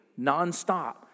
nonstop